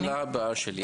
זאת השאלה הבאה שלי.